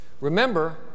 Remember